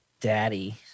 Daddy